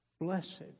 blessed